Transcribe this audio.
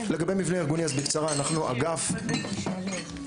לגבי המבנה הארגוני, אז ממש בקצרה.